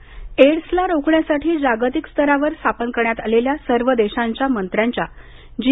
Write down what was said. हर्ष वर्धन एड्सला रोखण्यासाठी जागतिक स्तरावर स्थापन करण्यात आलेल्या सर्व देशांच्या मंत्र्यांच्या जी